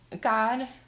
God